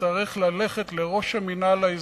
נצטרך ללכת לראש המינהל האזרחי.